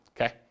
okay